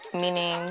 meaning